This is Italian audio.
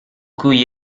cui